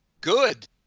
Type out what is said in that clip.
good